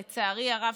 לצערי הרב,